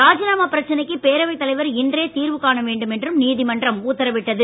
ராஜினாமா பிரச்சனைக்கு பேரவைத் தலைவர் இன்றே தீர்வு காண வேண்டும் என்றும் நீதிமன்றம் உத்தரவிட்டது